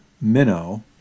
minnow